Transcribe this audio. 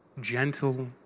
gentle